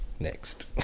Next